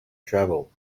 travel